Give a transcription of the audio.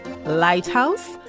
lighthouse